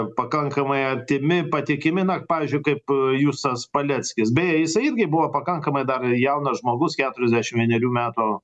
pakankamai artimi patikimi na pavyzdžiui kaip justas paleckis beje jisai irgi buvo pakankamai dar jaunas žmogus keturiasdešim vienerių metų